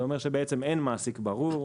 זה בעצם אומר שאין מעסיק ברור,